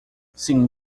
sim